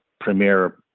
premier